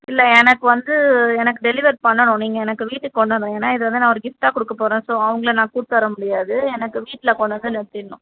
இல்லை எனக்கு வந்து எனக்கு டெலிவர் பண்ணணும் நீங்கள் எனக்கு வீட்டுக்கு கொண்டு வரணும் ஏன்னா இதை வந்து நான் ஒரு கிஃப்ட்டாக கொடுக்கப்போறேன் ஸோ அவங்கள நான் கூப்பிட்டு வரமுடியாது எனக்கு வீட்டில் கொண்டு வந்து நிறுத்திடணும்